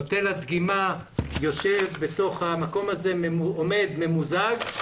נותן הדגימה עומד במקום הממוזג הזה,